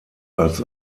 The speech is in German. als